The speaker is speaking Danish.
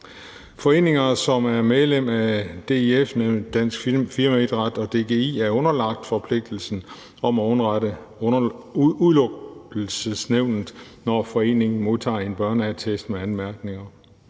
Foreninger, som er medlem af DIF, Dansk Firmaidræt eller DGI, er underlagt forpligtelsen til at underrette Udelukkelsesnævnet, når foreningen modtager en børneattest med anmærkninger.